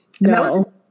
No